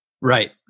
Right